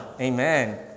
Amen